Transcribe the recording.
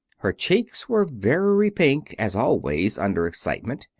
her cheeks were very pink as always under excitement.